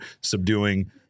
subduing